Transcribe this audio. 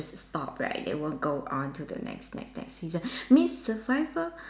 stop right it will go on to the next next next season means survivor